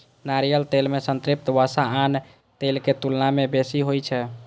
नारियल तेल मे संतृप्त वसा आन तेलक तुलना मे बहुत बेसी होइ छै